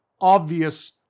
obvious